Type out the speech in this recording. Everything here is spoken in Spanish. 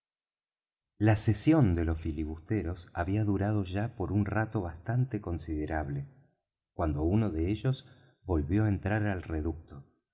la sesión de los filibusteros había durado ya por un rato bastante considerable cuando uno de ellos volvió á entrar al reducto